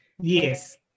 Yes